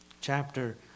Chapter